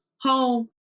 home